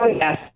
yes